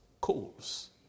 coals